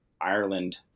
Ireland